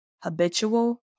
habitual